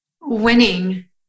winning